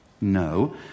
No